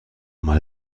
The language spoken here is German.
mal